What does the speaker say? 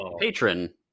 patron